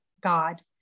God